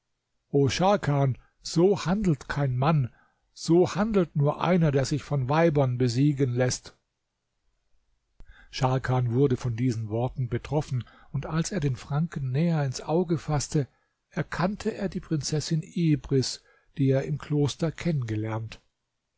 so handelt kein mann so handelt nur einer der sich von weibern besiegen läßt scharkan wurde von diesen worten betroffen und als er den franken näher ins auge faßte erkannte er die prinzessin ibris die er im kloster kennengelernt